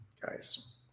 guys